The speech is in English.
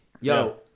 Yo